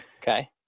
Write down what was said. Okay